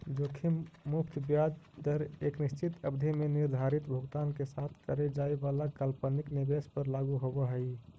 जोखिम मुक्त ब्याज दर एक निश्चित अवधि में निर्धारित भुगतान के साथ करे जाए वाला काल्पनिक निवेश पर लागू होवऽ हई